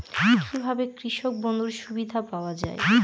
কি ভাবে কৃষক বন্ধুর সুবিধা পাওয়া য়ায়?